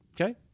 okay